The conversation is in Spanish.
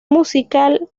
musical